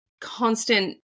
constant